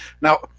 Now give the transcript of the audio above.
Now